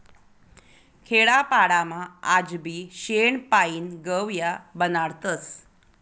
खेडापाडामा आजबी शेण पायीन गव या बनाडतस